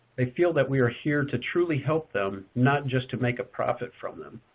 they feel that we are here to truly help them, not just to make a profit from them.